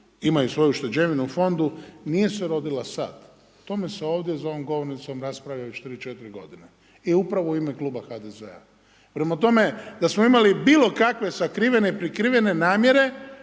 imaju svoju ušteđevinu u fondu, nije se rodila sad, tome se ovdje za ovom govornicom raspravlja već 3, 4 g. i upravo u ime kluba HDZ-a. Prema tome, da smo mi imali bilokakve sakrivene, prikrivene namjere,